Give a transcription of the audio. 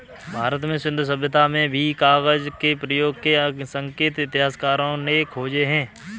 भारत में सिन्धु सभ्यता में भी कागज के प्रयोग के संकेत इतिहासकारों ने खोजे हैं